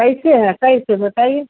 कैसे है कैसे बताइए